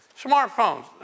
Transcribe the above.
Smartphones